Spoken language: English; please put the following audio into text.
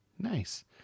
Nice